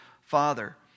father